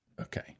Okay